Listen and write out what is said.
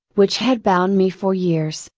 which had bound me for years,